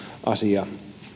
asia